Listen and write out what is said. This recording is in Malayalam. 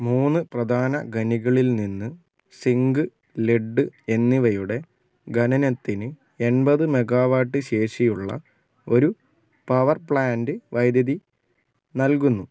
മൂന്ന് പ്രധാന ഖനികളിൽ നിന്ന് സിങ്ക് ലെഡ് എന്നിവയുടെ ഖനനത്തിന് എൺപത് മെഗാവാട്ട് ശേഷിയുള്ള ഒരു പവർ പ്ലാന്റ് വൈദ്യുതി നൽകുന്നു